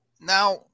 Now